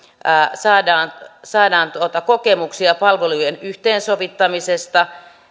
saadaan saadaan kokemuksia palvelujen yhteensovittamisesta